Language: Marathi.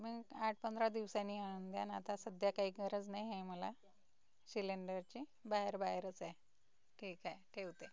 मी आठ पंधरा दिवसांनी आणून द्या न आता सध्या काही गरज नाहीये मला शिलेंडरची बाहेर बाहेरच आहे ठीकआहे ठेवते